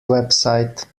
website